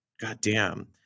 goddamn